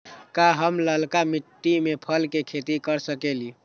का हम लालका मिट्टी में फल के खेती कर सकेली?